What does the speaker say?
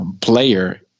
player